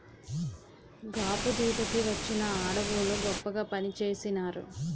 గాబుదీత కి వచ్చిన ఆడవోళ్ళు గొప్పగా పనిచేసినారు